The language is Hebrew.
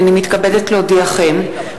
הנני מתכבדת להודיעכם,